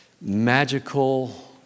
magical